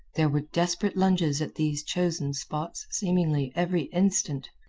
there were desperate lunges at these chosen spots seemingly every instant,